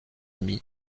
mis